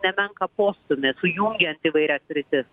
nemenką postūmį sujungiant įvairias sritis